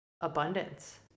abundance